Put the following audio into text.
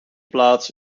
plaats